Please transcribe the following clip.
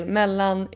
mellan